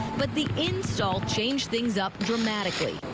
but the install changed things up dramatically.